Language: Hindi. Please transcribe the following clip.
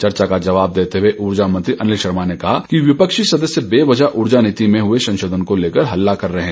चर्चा का जवाब देते हुए ऊर्जा मंत्री अनिल शर्मा ने कहा कि विपक्षी सदस्य बेवजह उर्जा नीति में हुए संशोधन को लेकर हल्ला कर रहे हैं